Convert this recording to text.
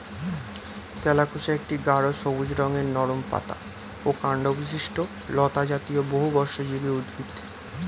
তেলাকুচা একটা গাঢ় সবুজ রঙের নরম পাতা ও কাণ্ডবিশিষ্ট লতাজাতীয় বহুবর্ষজীবী উদ্ভিদ